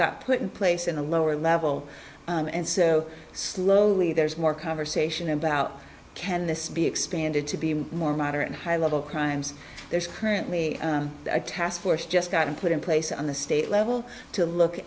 got put in place in the lower level and so slowly there's more conversation about can this be expanded to be more moderate high level crimes there's currently a task force just got to put in place on the state level to look